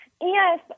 yes